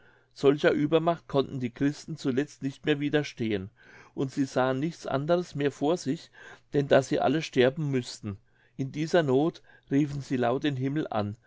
solcher uebermacht konnten die christen zuletzt nicht mehr widerstehen und sie sahen nichts anders mehr vor sich denn daß sie alle sterben müßten in dieser noth riefen sie laut den himmel an